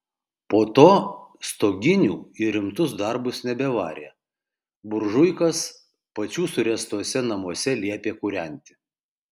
po to stoginių į rimtus darbus nebevarė buržuikas pačių suręstuose namuose liepė kūrenti